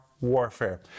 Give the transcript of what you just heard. warfare